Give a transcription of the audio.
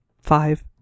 five